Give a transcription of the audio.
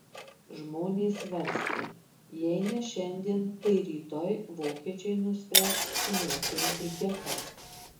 žmonės svarstė jei ne šiandien tai rytoj vokiečiai nuspręs sunaikinti getą